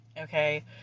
okay